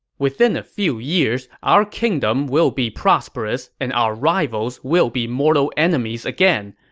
within a few years, our kingdom will be prosperous, and our rivals will be mortal enemies again.